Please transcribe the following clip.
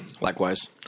likewise